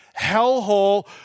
hellhole